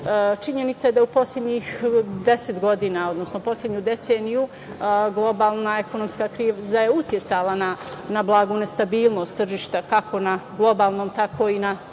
je da u poslednjih deset godina, odnosno poslednju deceniju globalna ekonomska kriza je uticala na blagu nestabilnost tržišta, kako na globalnom, tako i na domaćem